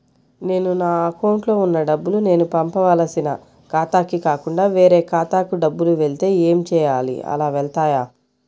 నేను నా అకౌంట్లో వున్న డబ్బులు నేను పంపవలసిన ఖాతాకి కాకుండా వేరే ఖాతాకు డబ్బులు వెళ్తే ఏంచేయాలి? అలా వెళ్తాయా?